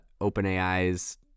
OpenAI's